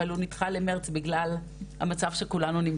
אבל הוא נדחה למרץ,